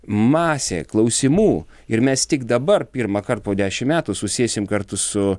masė klausimų ir mes tik dabar pirmąkart po dešimt metų susėsim kartu su